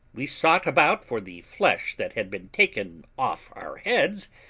we sought about for the flesh that had been taken off our heads,